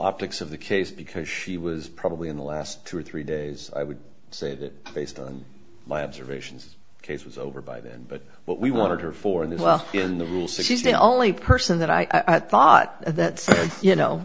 optics of the case because she was probably in the last two or three days i would say that based on my observations case was over by then but what we wanted her for in the well in the rule so she's the only person that i thought that you